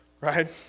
Right